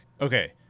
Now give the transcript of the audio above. Okay